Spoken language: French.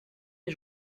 les